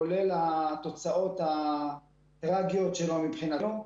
כולל התוצאות הטרגיות מבחינתו.